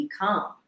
become